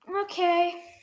Okay